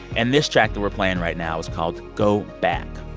and this track that we're playing right now is called go back.